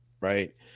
right